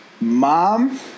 Mom